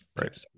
Right